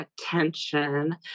attention